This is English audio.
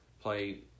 play